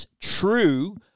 true